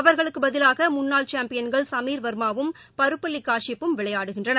அவர்களுக்கு பதிலாக முன்னாள் சாம்பியன்கள் சமீர் வர்மாவும் பருப்பள்ளி காஷ்யப்பும் விளைளயாடுகின்றனர்